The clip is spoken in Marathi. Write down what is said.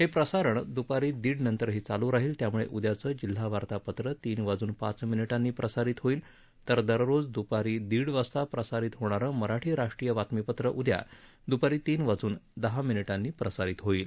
हे प्रसारण दुपारी दीड नंतरही चालू राहील त्यामुळे उद्याचं जिल्हा वार्तापत्र तीन वाजून पाच मिनिटांनी प्रसारित होईल तर दररोज दुपारी दीड वाजता प्रसारित होणारं मराठी राष्ट्रीय बातमीपत्रं उद्या दुपारी तीन वाजून दहा मिनिटांनी प्रसारित होईल